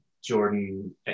Jordan